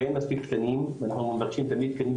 ואין מספיק תקנים ואנחנו מבקשים תמיד תקנים,